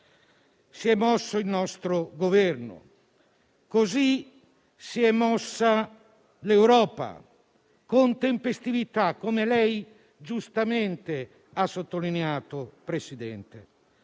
si è mosso il nostro Governo e così si è mossa l'Europa, con tempestività, come lei giustamente ha sottolineato, signor